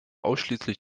ausschließlich